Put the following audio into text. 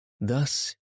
Thus